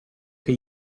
che